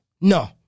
No